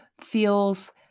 feels